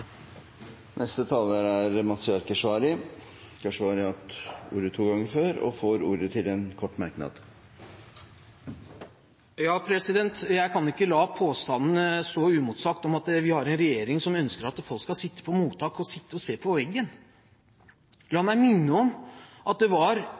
Mazyar Keshvari har hatt ordet to ganger tidligere og får ordet til en kort merknad, begrenset til 1 minutt. Jeg kan ikke la påstanden stå uimotsagt om at vi har en regjering som ønsker at folk skal sitte på mottak og se i veggen. La meg minne om at det var